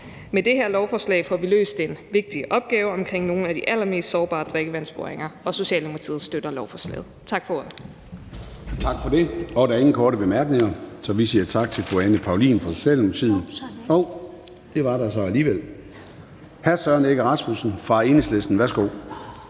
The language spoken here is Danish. Med det her lovforslag får vi løst en vigtig opgave omkring nogle af de allermest sårbare drikkevandsboringer, og Socialdemokratiet støtter lovforslaget. Tak for ordet.